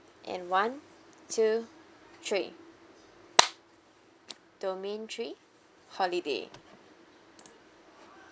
and one two three domain three holiday